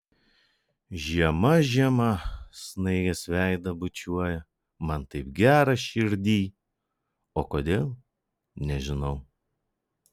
žiema žiema snaigės veidą bučiuoja man taip gera širdyj o kodėl nežinau